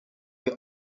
will